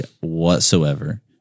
whatsoever